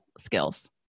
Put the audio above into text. skills